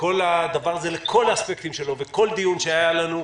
לכל האספקטים של הדבר הזה ולכל דיון שהיה לנו,